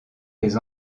les